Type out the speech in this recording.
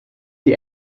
die